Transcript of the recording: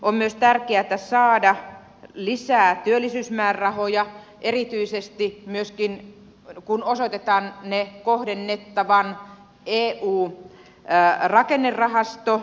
on myös tärkeätä saada lisää työllisyysmäärärahoja erityisesti myöskin siksi että ne osoitetaan kohdennettavan eu rakennerahastovastinrahoiksi